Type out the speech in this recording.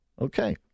Okay